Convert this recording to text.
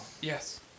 Yes